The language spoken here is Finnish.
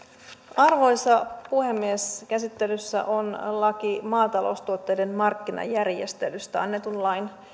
arvoisa puhemies käsittelyssä on laki maataloustuotteiden markkinajärjestelystä annetun lain